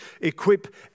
equip